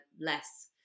less